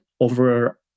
over